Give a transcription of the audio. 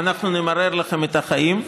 ואנחנו נמרר לכם את החיים.